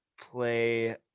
play –